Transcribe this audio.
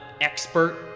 expert